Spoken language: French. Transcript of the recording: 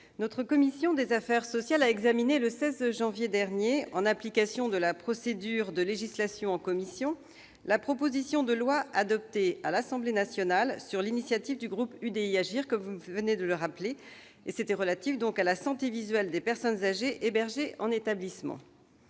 la commission des affaires sociales a examiné le 16 janvier dernier, en application de la procédure de législation en commission, la proposition de loi, adoptée par l'Assemblée nationale sur l'initiative du groupe UDI, Agir et Indépendants, relative à la santé visuelle des personnes âgées hébergées en établissement.